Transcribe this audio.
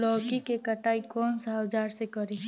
लौकी के कटाई कौन सा औजार से करी?